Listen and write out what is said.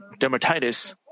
dermatitis